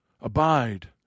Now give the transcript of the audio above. Abide